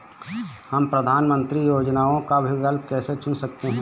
हम प्रधानमंत्री योजनाओं का विकल्प कैसे चुन सकते हैं?